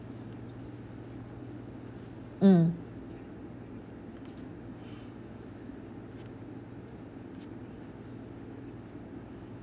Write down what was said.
mm